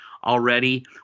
Already